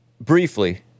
briefly